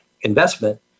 investment